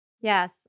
Yes